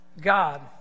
God